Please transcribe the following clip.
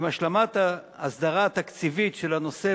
עם השלמת ההסדרה התקציבית של הנושא,